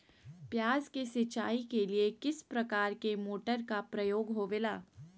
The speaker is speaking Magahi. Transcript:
प्याज के सिंचाई के लिए किस प्रकार के मोटर का प्रयोग होवेला?